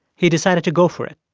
he decided to go for it,